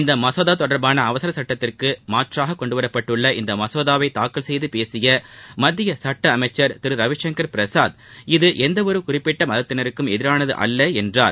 இந்த மசோதா தொடர்பான அவசரச் சட்டத்திற்கு மாற்றாக கொண்டுவரப்பட்டுள்ள இந்த மசோதாவை தாக்கல் செய்து பேசிய மத்திய சட்ட அமைச்சா திரு ரவிசங்கள் பிரசாத் இது எந்த ஒரு குறிப்பிட்ட மதத்தினருக்கும் எதிரானது அல்ல என்றார்